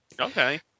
Okay